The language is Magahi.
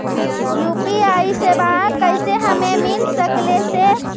यु.पी.आई सेवाएं कैसे हमें मिल सकले से?